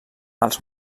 els